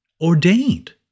ordained